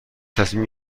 تصمیم